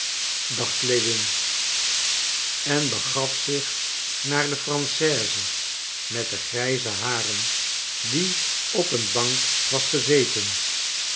dacht lewin en begaf zich naar de française met de grijze haren die op een bank was gezeten